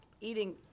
eating